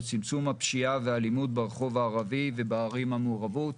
צמצום הפשיעה והאלימות ברחוב הערבי ובערים המעורבות.